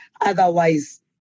otherwise